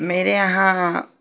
मेरे यहाँ